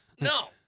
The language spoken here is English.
no